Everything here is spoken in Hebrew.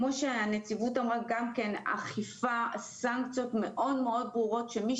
כמו שאמרה הנציבות אכיפה עם סנקציות מאוד מאוד בוררות ומי